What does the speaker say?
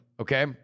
Okay